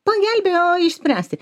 pagelbėjo išspręsti